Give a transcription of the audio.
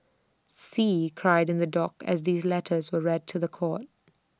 see cried in the dock as these letters were read to The Court